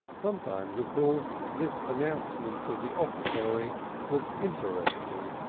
sometimes, of course, this announcement of the offertory was interesting,